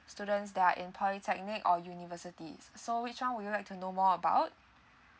students that are in polytechnic or universities so which one would you like to know more about